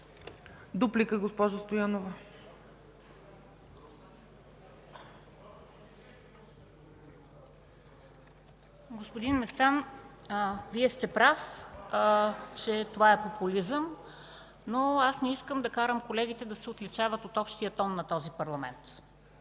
МЕНДА СТОЯНОВА (ГЕРБ): Господин Местан, Вие сте прав, че това е популизъм, но аз не искам да карам колегите да се отличават от общия тон на този парламент.